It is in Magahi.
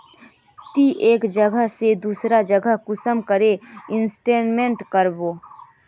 ती एक जगह से दूसरा जगह कुंसम करे इन्वेस्टमेंट करबो?